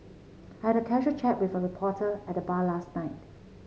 I had a casual chat with a reporter at the bar last night